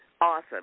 Awesome